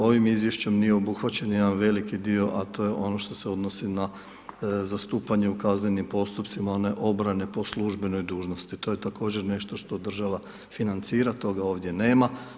Ovim Izvješćem nije obuhvaćen jedan veliki dio, a to je ono što se odnosi na zastupanje u kaznenim postupcima, one obrane po službenoj dužnosti, to je također nešto što država financira, toga ovdje nema.